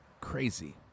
Crazy